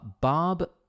Bob